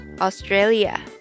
Australia